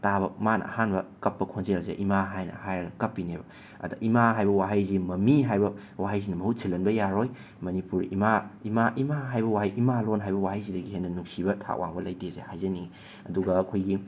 ꯇꯥꯕ ꯃꯥꯅ ꯑꯍꯥꯟꯕ ꯀꯞꯄ ꯈꯣꯟꯖꯦꯜꯁꯦ ꯏꯃꯥ ꯍꯥꯏꯅ ꯍꯥꯏꯔꯒ ꯀꯞꯄꯤꯅꯦꯕ ꯑꯗ ꯏꯃꯥ ꯍꯥꯏꯕ ꯋꯥꯍꯩꯁꯦ ꯃꯝꯃꯤ ꯍꯥꯏꯕ ꯋꯥꯍꯩꯁꯤꯅ ꯃꯍꯨꯠ ꯁꯤꯜꯍꯟꯕ ꯌꯥꯔꯣꯏ ꯃꯅꯤꯄꯨꯔ ꯏꯃꯥ ꯏꯃꯥ ꯏꯃꯥ ꯍꯥꯏꯕ ꯋꯥꯍꯩ ꯏꯃꯥꯂꯣꯟ ꯍꯥꯏꯕ ꯋꯥꯍꯩꯁꯤꯗꯒꯤ ꯍꯦꯟꯅ ꯅꯨꯡꯁꯤꯕ ꯊꯥꯛ ꯋꯥꯡꯕ ꯂꯩꯇꯦꯁꯦ ꯍꯥꯏꯖꯅꯤꯡꯏ ꯑꯗꯨꯒ ꯑꯩꯈꯣꯏꯒꯤ